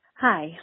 hi